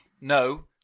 No